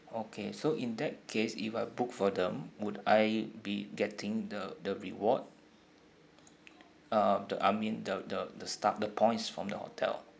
okay so in that case if I book for them would I be getting the the reward uh the I mean the the the stub the points from the hotel